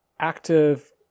Active